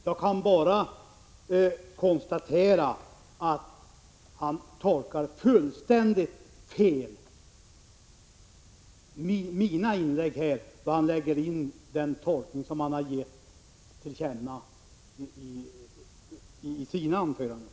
Jag kan bara konstatera att han uppfattar mina inlägg fullständigt fel när han gör den tolkning som han har givit till känna i sina anföranden.